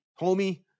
homie